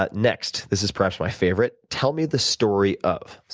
but next. this is perhaps my favorite. tell me the story of,